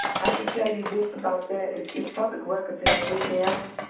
i can tell you this about that, it's it's public record in louisiana.